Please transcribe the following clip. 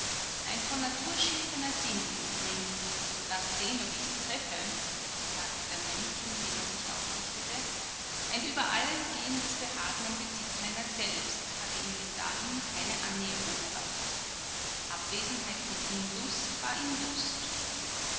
ein von natur schüchterner sinn und laßt sehn ob ichs treffe sagte der mönch indem er sich aufrichtete ein über alles gehendes behagen am besitz seiner selbst hatte ihm bis dahin keine annäherung erlaubt abwesenheit von unlust war ihm lust